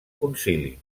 concili